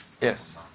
Yes